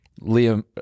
Liam